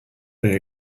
they